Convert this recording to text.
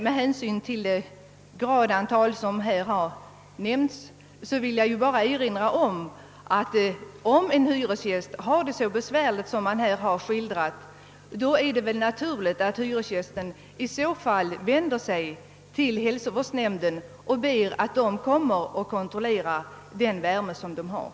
Beträffande det gradantal som här har nämnts vill jag säga att om en hyresgäst har det så besvärligt som här har skildrats, är det väl naturligt att hyresgästen ber hälsovårdsnämnden komma och kontrollera temperaturen.